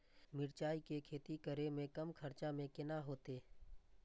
मिरचाय के खेती करे में कम खर्चा में केना होते?